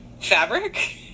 fabric